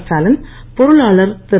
ஸ்டாலின் பொருளாளர் திரு